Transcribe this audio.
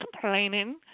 complaining